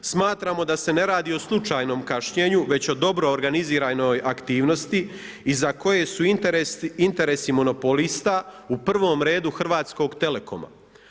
Smatramo da se ne radi o slučajnom kašnjenju već o dobro organiziranoj aktivnosti i za koje su interesi monopolista u prvom redu Hrvatskog Telekoma.